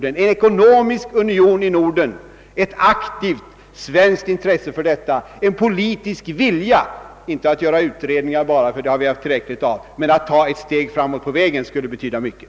Det blir en ekonomisk union i Norden. Ett aktivt svenskt intresse för denna sak och en politisk vilja att ta ett steg framåt på vägen — inte bara en vilja ati göra utredningar; sådana har vi haft tillräckligt av — skulle betyda mycket.